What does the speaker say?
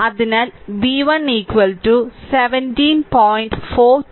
അതിനാൽ v1 17